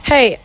Hey